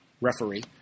referee